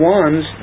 ones